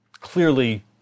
clearly